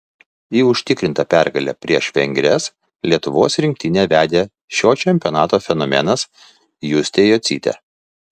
į užtikrintą pergalę prieš vengres lietuvos rinktinę vedė šio čempionato fenomenas justė jocytė